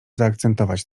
zaakcentować